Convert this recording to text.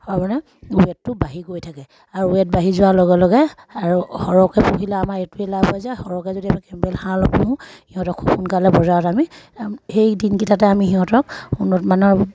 মানে ৱেটটো বাঢ়ি গৈ থাকে আৰু ৱেট বাঢ়ি যোৱাৰ লগে লগে আৰু সৰহকৈ পুহিলে আমাৰ এইটোৱেই লাভ হয় সৰহকৈ যদি আমি কেম্বেল হাঁহ অলপ পোহোঁ সিহঁতকো সোনকালে বজাৰত আমি সেই দিনকিটাতে আমি সিহঁতক উন্নতমানৰ